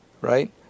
right